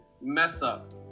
mess-up